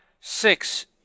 six